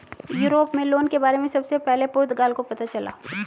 Europe में loan के बारे में सबसे पहले पुर्तगाल को पता चला